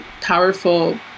powerful